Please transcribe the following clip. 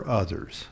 others